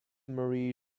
marie